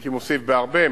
הייתי מוסיף: בהרבה,